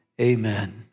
amen